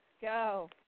Go